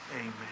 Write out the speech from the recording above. Amen